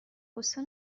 قصه